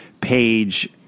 Page